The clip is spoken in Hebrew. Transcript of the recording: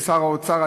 של שר האוצר,